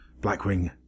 Blackwing